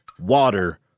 water